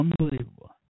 Unbelievable